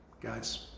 guys